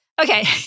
Okay